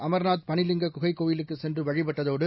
அமர்நாத் பனிலிங்க குகைக் கோயிலுக்குச் சென்றுவழிபட்டதோடு